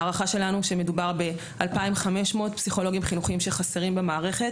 הערכה שלנו שמדובר ב-2,500 פסיכולוגיים חינוכיים שחסרים במערכת.